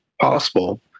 possible